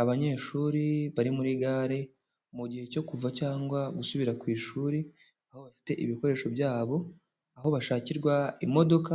Abanyeshuri bari muri Gare, mu gihe cyo kuva cyangwa gusubira ku ishuri, aho bafite ibikoresho byabo, aho bashakirwa imodoka